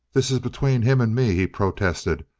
this is between him and me, he protested.